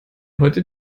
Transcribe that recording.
heute